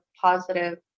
positive